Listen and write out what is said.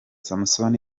samson